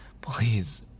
Please